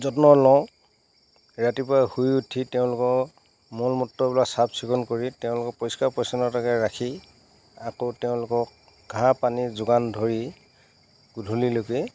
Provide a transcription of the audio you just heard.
যত্ন লওঁ ৰাতিপুৱাই শুই উঠি তেওঁলোকৰ মল মূত্ৰবিলাক চাফ চিকুণ কৰি তেওঁলোকক পৰিষ্কাৰ পৰিচ্ছন্নতাকৈ ৰাখি আকৌ তেওঁলোকক ঘাঁহ পানী যোগান ধৰি গধূলিলৈকে